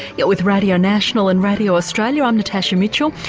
yeah with radio national and radio australia, i'm natasha mitchell.